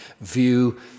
view